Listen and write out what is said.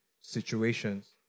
situations